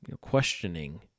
questioning